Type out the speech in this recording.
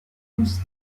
onze